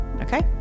Okay